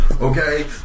Okay